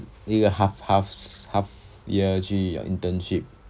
一个 half half half year your internship